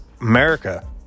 America